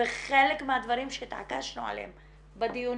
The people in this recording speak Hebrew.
וחלק מהדברים שהתעקשנו עליהם בדיונים,